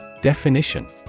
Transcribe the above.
Definition